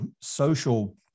social